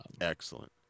Excellent